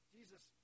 Jesus